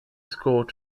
scored